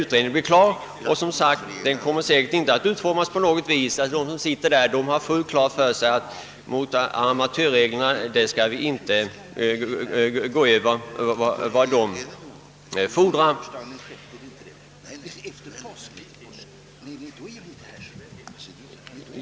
Utredningsmännen måste dessutom ha fullt klart för sig att vi inte kan gå utanför det som amatörreglerna fordrar.